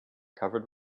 covered